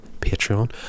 Patreon